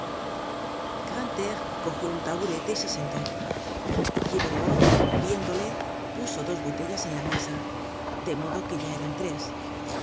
grantaire grantaire cogió un taburete y se sentó gibelote viéndole puso dos botellas en la mesa de modo que ya eran tres